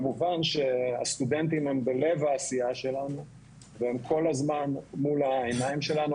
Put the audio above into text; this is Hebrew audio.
כמובן שהסטודנטים הם בלב העשייה שלנו והם כל הזמן מול העיניים שלנו.